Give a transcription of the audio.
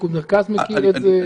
פיקוד מרכז מכיר את זה?